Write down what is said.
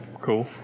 Cool